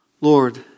Lord